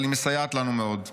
אבל היא מסייעת לנו מאוד,